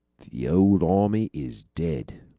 the old army is dead.